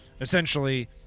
Essentially